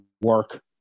work